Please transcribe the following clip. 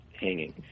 hanging